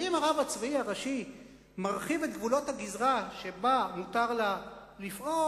ואם הרב הצבאי הראשי מרחיב את גבולות הגזרה שבה מותר לפעול,